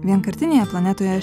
vienkartinėje planetoje